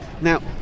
Now